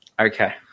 Okay